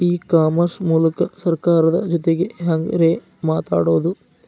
E commerce ಮೂಲಕ ಸರ್ಕಾರದ ಜೊತಿಗೆ ಹ್ಯಾಂಗ್ ರೇ ಮಾತಾಡೋದು?